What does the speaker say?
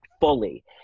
fully